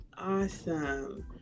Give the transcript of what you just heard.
awesome